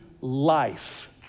life